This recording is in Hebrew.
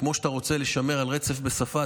וכמו שאתה רוצה לשמור על רצף בשפה,